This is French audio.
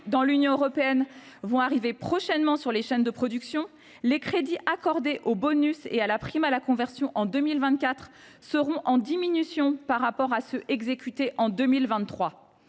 dans l’Union européenne arriveront prochainement sur les chaînes de production, les crédits accordés au bonus et à la prime à la conversion en 2024 seront inférieurs aux crédits exécutés en 2023.